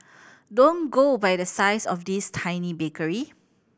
don't go by the size of this tiny bakery